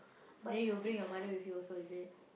then you bring your mother with you also is it